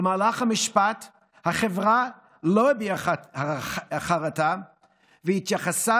במהלך המשפט החברה לא הביעה חרטה והתייחסה